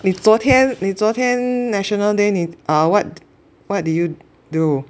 你昨天你昨天 National Day 你 err what what did you do